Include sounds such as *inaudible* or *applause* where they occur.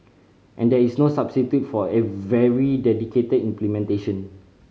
and there is no substitute for *unintelligible* very dedicated implementation